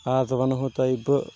آز ونہو تۄہہِ بہٕ